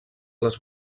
les